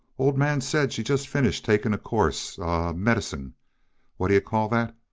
old man said she's just finished taking a course ah medicine what'd yuh call that?